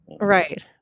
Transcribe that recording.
right